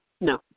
No